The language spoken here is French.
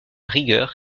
rigueur